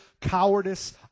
cowardice